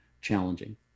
challenging